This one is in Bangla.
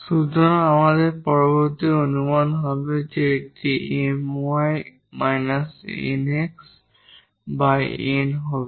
সুতরাং আমাদের পরবর্তী অনুমান হবে যে এটি N হবে